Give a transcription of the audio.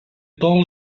tol